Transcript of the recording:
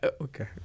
Okay